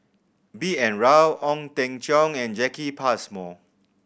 B N Rao Ong Teng Cheong and Jacki Passmore